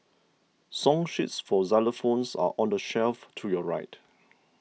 song sheets for xylophones are on the shelf to your right